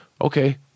okay